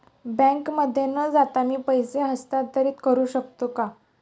बँकेमध्ये न जाता मी पैसे हस्तांतरित करू शकतो का?